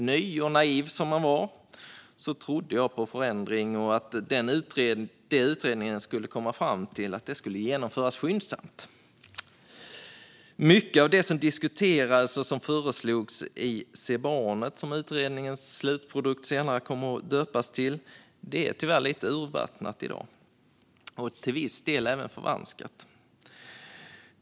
Ny och naiv som jag var trodde jag på förändring och på att det utredningen skulle komma fram till skulle genomföras skyndsamt. Mycket av det som diskuterades och föreslogs i Se barnet! , som utredningens slutprodukt senare kom att döpas till, är tyvärr lite urvattnat i dag och till viss del även förvanskat.